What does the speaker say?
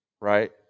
right